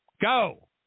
Go